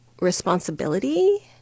responsibility